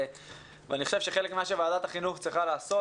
אני חושב שחלק ממה שוועדת החינוך צריכה לעשות